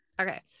Okay